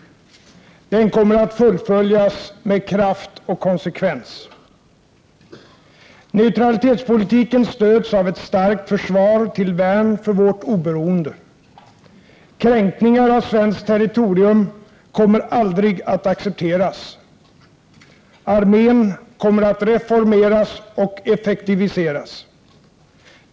Den kommer att fullföljas med kraft och konsekvens. Neutralitetspolitiken stöds av ett starkt försvar till värn för vårt oberoende. Kränkningar av svenskt territorium kommer aldrig att accepteras. Armén kommer att reformeras och effektiviseras.